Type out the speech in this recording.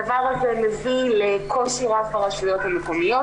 הדבר הזה מביא לקושי רב ברשויות המקומיות.